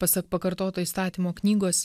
pasak pakartoto įstatymo knygos